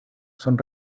son